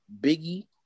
Biggie